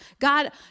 God